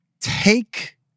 take